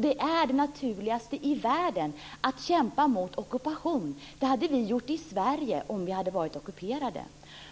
Det är det naturligaste i världen att kämpa mot ockupation. Det hade vi gjort i Sverige om vi hade varit ockuperade.